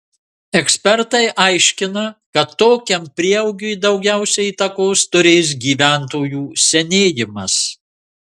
ekspertai aiškina kad tokiam prieaugiui daugiausiai įtakos turės gyventojų senėjimas